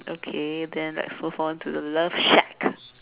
okay then let's move on to the love shack